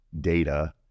data